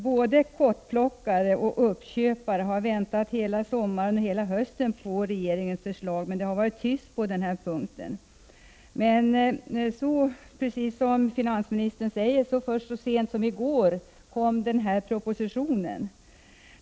Både kottplockare och uppköpare har väntat hela sommaren och hela hösten på regeringens förslag, men det har varit tyst på den här punkten. Som finansministern sade i sitt svar överlämnades propositionen till riksdagen så sent som i går.